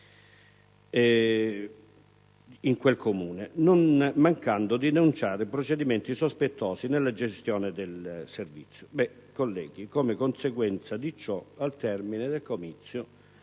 in quel Comune, non mancando di denunciare procedimenti sospetti nella gestione del servizio. Come conseguenza di ciò, al termine del comizio,